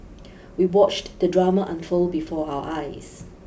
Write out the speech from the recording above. we watched the drama unfold before our eyes